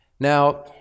Now